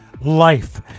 life